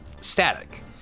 static